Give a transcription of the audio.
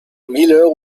miller